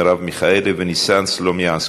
מרב מיכאלי וניסן סלומינסקי,